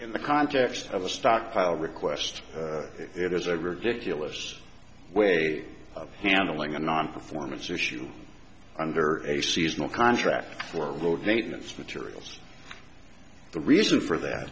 in the context of a stockpile request it is a ridiculous way of handling a nonperformance issue under a seasonal contract for road maintenance materials the reason for that